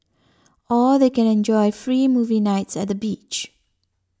or they can enjoy free movie nights at the beach